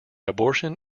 abortion